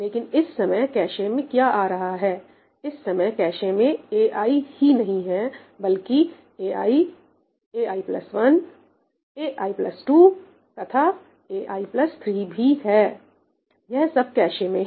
लेकिन इस समय कैशे में क्या आ रहा है इस समय कैशे में ai ही नहीं है बल्कि ai ai1 ai2 तथा ai3 भी हैयह सब कैशे में है